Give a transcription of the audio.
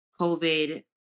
COVID